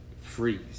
freeze